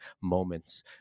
moments